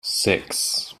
six